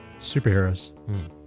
superheroes